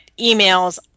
emails